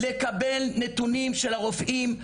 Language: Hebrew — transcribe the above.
לקבל נתונים של הרופאים,